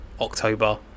October